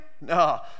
No